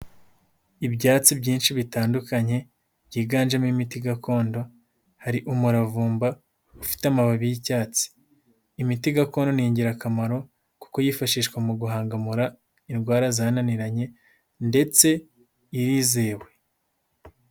Ibyatsi byinshi bitandukanye byiganjemo imiti gakondo hari umuravumba ufite amababi y'icyatsi, imiti gakondo ni ingirakamaro kuko yifashishwa mu guhangamura indwara zananiranye ndetse irizewe.